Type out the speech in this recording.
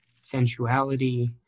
sensuality